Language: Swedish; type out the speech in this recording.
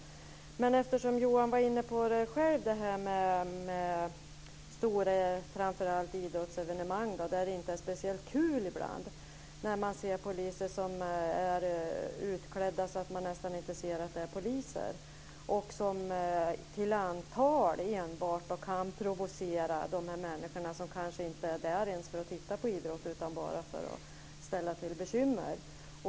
Johan Pehrson var själv inne på frågan om framför allt stora idrottsevenemang där det ibland inte är så kul att se poliser så utklädda att det nästan inte går att se att de är poliser. De kan enbart till antal provocera människor som kanske inte ens är där för att titta på idrott utan bara för att ställa till med bekymmer.